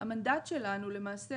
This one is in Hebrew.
המנדט שלנו למעשה,